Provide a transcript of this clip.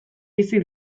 bizi